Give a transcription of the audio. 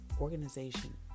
organization